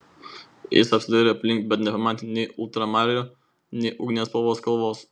jis apsidairė aplink bet nepamatė nei ultramarino nei ugnies spalvos kalvos